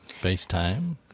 FaceTime